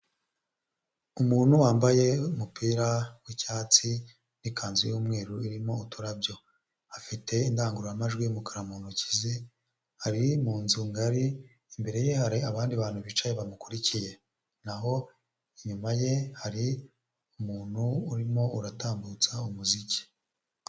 Umuntu wambaye umupira w'icyatsi n'ikanzu y'umweru irimo uturarabyo, afite indangururamajwi y'umukara mu ntoki ze, ari mu nzu ngari imbere ye hari abandi bantu bicaye bamukurikiye, naho inyuma ye hari umuntu urimo uratambutsa umuziki.